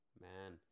man